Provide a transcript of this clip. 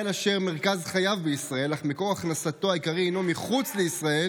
אשר מרכז חייו בישראל אך מקור הכנסתו העיקרי הינו מחוץ לישראל